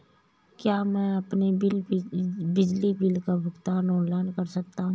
क्या मैं अपने बिजली बिल का भुगतान ऑनलाइन कर सकता हूँ?